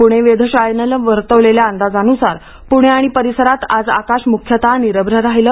पुणे वेधशाळेनं वर्तवलेल्या अंदाजानुसार पुणे आणि परिसरात आज आकाश मुख्यतः निरश्र राहिले